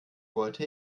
wollte